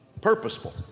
purposeful